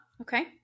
Okay